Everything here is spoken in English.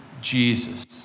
Jesus